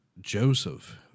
Joseph